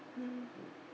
mmhmm